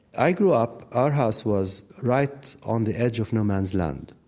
i grew up our house was right on the edge of no man's land.